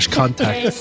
contact